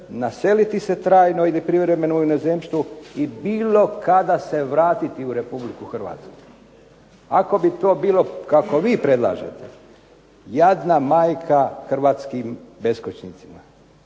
naseliti se trajno ili privremeno u inozemstvo i bilo kada se vratiti u Republiku Hrvatsku. Ako bi to bilo kako vi predlažete, jadna majka hrvatskim beskućnicima.